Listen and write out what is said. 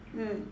mm